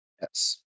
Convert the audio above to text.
Yes